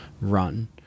run